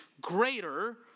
greater